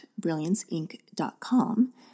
brillianceinc.com